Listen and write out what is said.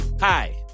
Hi